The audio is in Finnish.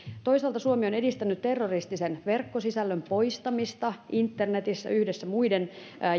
toisaalta suomi on edistänyt terroristisen verkkosisällön poistamista internetissä yhdessä muiden